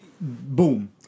Boom